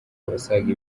abasaga